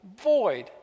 void